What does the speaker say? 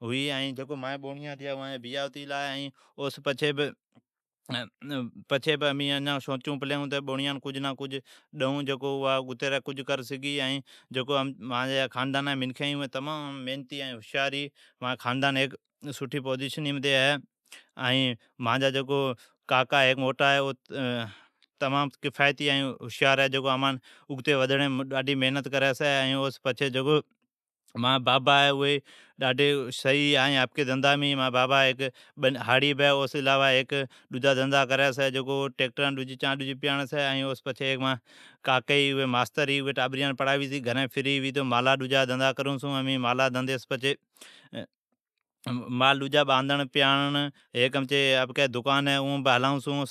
ھوی ائین مانجیا جکو بوڑیا ھتیا اوا جا بیا ھتی گلا او سون پچھی بھی امین بھی امینن سوچون پلی جکو امین اپکیان بوڑیان کئین ڈیئون توو اوا کجھ کر سگھی۔ امچی خاندان ھی سٹھی پوزیشنی متھی ہے۔ مانجا ھیک کاکا ہے جکو ھوشیار ائین قفائتی ہے ائین امچی خاندانان اگتا ودھاڑیماوجا ھتھ ہے۔ ائین ھر کو اپکی دھندھیم ھی۔ مانجا بابا بنی پوکھی چھی ائین او بھیڑا ٹیکٹران لی روٹی اچاوی چھی۔ ائین مانجی کاکا ماستر بھی ھی ائین اوی ٹابریان پڑھاوی چھی۔ امین مالا جا دھندھا ککرون چھون۔ شامی جی واندھی ھون تو دکان ھلائون چھون۔